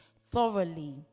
thoroughly